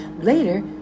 Later